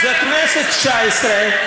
זו הכנסת התשע-עשרה,